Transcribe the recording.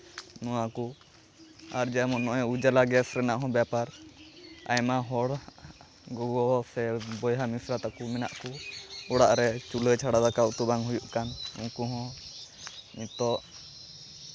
ᱱᱚᱣᱟ ᱠᱚ ᱟᱨ ᱡᱮᱢᱚᱱ ᱱᱚᱜᱼᱚᱸᱭ ᱩᱡᱽᱡᱚᱞᱟ ᱜᱮᱥ ᱨᱮᱱᱟᱜ ᱦᱚᱸ ᱵᱮᱯᱟᱨ ᱟᱭᱢᱟ ᱦᱚᱲ ᱜᱚᱜᱚ ᱥᱮ ᱵᱚᱭᱦᱟ ᱢᱤᱥᱨᱟ ᱛᱟᱠᱚ ᱢᱮᱱᱟᱜ ᱠᱚ ᱚᱲᱟᱜ ᱨᱮ ᱪᱩᱞᱦᱟᱹ ᱪᱷᱟᱲᱟ ᱫᱟᱠᱟ ᱩᱛᱩ ᱵᱟᱝ ᱦᱩᱭᱩᱜ ᱠᱟᱱ ᱩᱱᱠᱩ ᱦᱚᱸ ᱱᱤᱛᱚᱜ